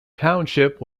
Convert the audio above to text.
township